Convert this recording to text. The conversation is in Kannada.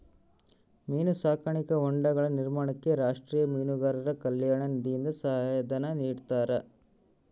ಮೀನು ಸಾಕಾಣಿಕಾ ಹೊಂಡಗಳ ನಿರ್ಮಾಣಕ್ಕೆ ರಾಷ್ಟೀಯ ಮೀನುಗಾರರ ಕಲ್ಯಾಣ ನಿಧಿಯಿಂದ ಸಹಾಯ ಧನ ನಿಡ್ತಾರಾ?